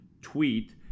tweet